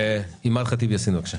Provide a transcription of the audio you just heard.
אימאן ח'טיב יאסין, בבקשה.